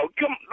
come